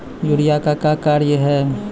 Urea का क्या कार्य हैं?